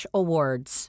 awards